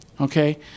Okay